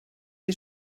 que